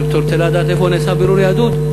רוצה לדעת איפה נעשה בירור יהדות?